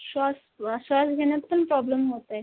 श्वास श्वास घेण्यात पण प्रॉब्लेम होतोय